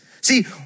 See